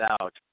out